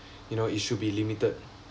you know it should be limited